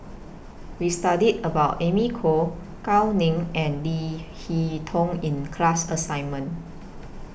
We studied about Amy Khor Gao Ning and Leo Hee Tong in class assignment